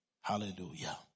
Hallelujah